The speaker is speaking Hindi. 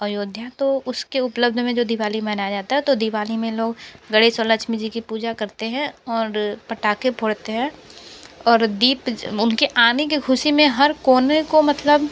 अयोध्या तो उसके उपलब्ध में जो दिवाली मनाया जाता है तो दिवाली में लोग गणेश और लक्ष्मी जी की पूजा करते हैं और पटाखे फोड़ते हैं और दीप उनके आने के खुशी में हर कोने को मतलब